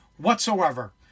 Whatsoever